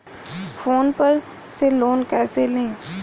Phone पर से loan कैसे लें?